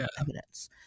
evidence